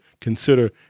consider